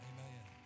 Amen